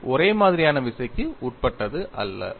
இது ஒரே மாதிரியான விசைக்கு உட்பட்டது அல்ல